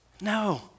No